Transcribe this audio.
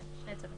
כן, שני הצווים.